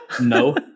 no